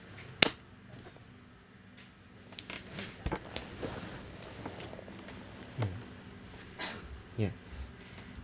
ya